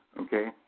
Okay